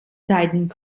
seiten